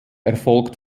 erfolgt